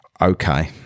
Okay